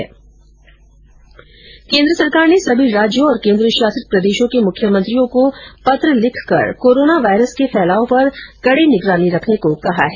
केन्द्र सरकार ने सभी राज्यों और केन्द्रशासित प्रदेशों के मुख्यमंत्री को पत्र लिखकर कोरोना वायरस के फैलाव पर कड़ी निगरानी रखने को कहा है